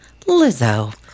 Lizzo